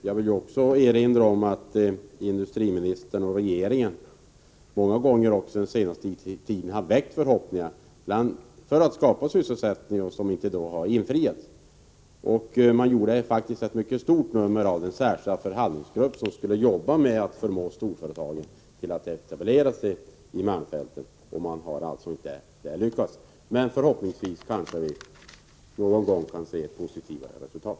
Jag vill erinra om att industriministern och regeringen många gånger den senaste tiden väckt förhoppningar om sysselsättning som inte har infriats. Man gjorde faktiskt ett mycket stort nummer av den särskilda förhandlingsgrupp som skulle arbeta med att förmå storföretagen att etablera sig i malmfälten, men man har alltså inte lyckats. Förhoppningsvis skall vi någon gång få se mera positiva resultat.